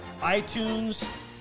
iTunes